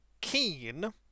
keen